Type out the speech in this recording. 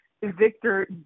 Victor